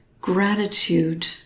gratitude